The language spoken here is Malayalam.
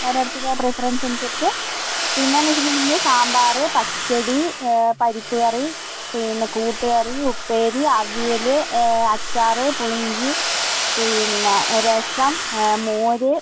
ഓരോരുത്തരുടെ പ്രിഫറൻസ് അനുസരിച്ച് പിന്നെ എന്ന് വെച്ചിട്ടുണ്ടങ്കിൽ സാമ്പാർ പച്ചടി പരിപ്പ് കറി പിന്നെ കൂട്ടുകറി ഉപ്പേരി അവിയൽ അച്ചാറ് പുളിയിഞ്ചി പിന്നെ രസം മോര്